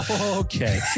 Okay